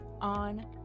on